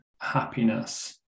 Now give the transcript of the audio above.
happiness